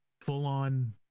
full-on